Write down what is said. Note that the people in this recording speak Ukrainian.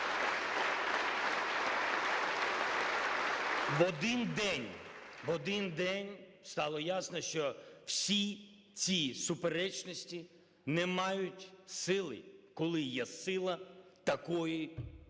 в один день стало ясно, що всі ці суперечності не мають сили, коли є сила такої загрози,